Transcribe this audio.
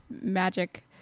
Magic